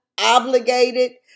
obligated